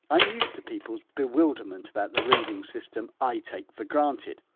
i'm used to people's bewilderment about the reading system i take for granted.